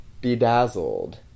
bedazzled